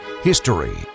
History